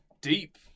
deep